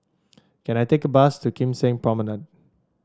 can I take a bus to Kim Seng Promenade